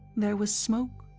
there was smoke,